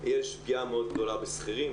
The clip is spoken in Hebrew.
יש פגיעה מאוד גדולה בשכירים,